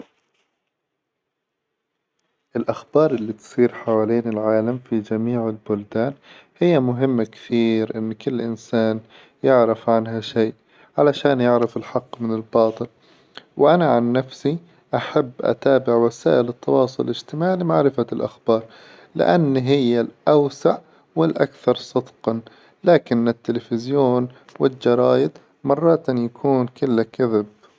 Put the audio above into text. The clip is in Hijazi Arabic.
الأخبار إللي تصير حوالين العالم في جميع البلدان هي مهمة كثير إن كل إنسان يعرف عنها شي علشان يعرف الحق من الباطل، وأنا عن نفسي أحب أتابع وسائل التواصل الاجتماعي لمعرفة الأخبار لأن هي الأوسع والأكثر صدقا، لكن التلفزيون والجرايد مرات يكون كله كذب.